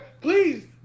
please